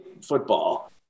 football